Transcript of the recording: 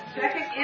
second